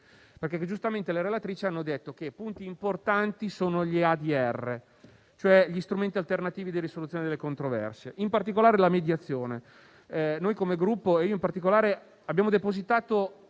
Giustamente le relatrici hanno detto che elementi importanti sono gli ADR, cioè gli strumenti alternativi di risoluzione delle controversie, in particolare la mediazione. Noi come Gruppo - e io in particolare - abbiamo depositato